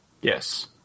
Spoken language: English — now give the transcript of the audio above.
Yes